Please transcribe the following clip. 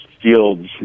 fields